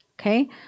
Okay